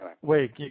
wait